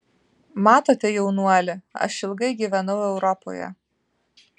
matote jaunuoli aš ilgai gyvenau europoje